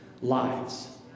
lives